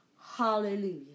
Hallelujah